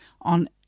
on